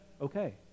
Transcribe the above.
okay